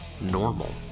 normal